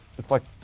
it's like,